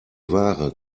ware